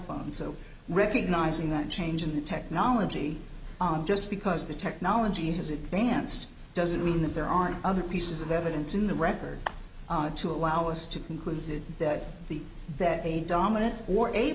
phones so recognizing that change and new technology just because the technology has advanced doesn't mean that there aren't other pieces of evidence in the record to allow us to concluded that the that a dominant or a